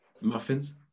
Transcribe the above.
muffins